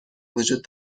وجود